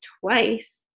twice